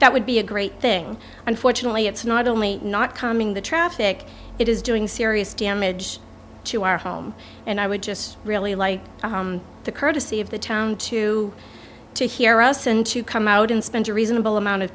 that would be a great thing unfortunately it's not only not calming the traffic it is doing serious damage to our home and i would just really like the courtesy of the town to to hear us and to come out and spend a reasonable amount of